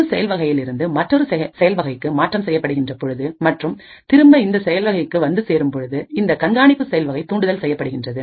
ஒரு செயல் வகையிலிருந்து மற்றொரு செயல் வகைக்கு மாற்றம் செய்யப்படுகின்ற பொழுதும் மற்றும் திரும்ப இந்த செயல்வகைக்கு வந்து சேரும் பொழுதும் இந்த கண்காணிப்பு செயல்வகை தூண்டுதல் செய்யப்படுகின்றது